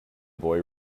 boy